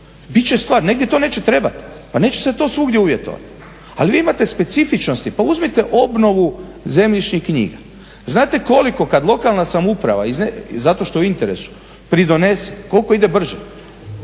Bit će stvar, negdje to neće trebati. Pa neće se to svugdje uvjetovati. Ali vi imate specifičnosti. Pa uzmite obnovu zemljišnih knjiga. Znate koliko kad lokalna samouprava zato što je u interesu pridonese koliko ide brže.